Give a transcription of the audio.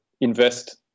invest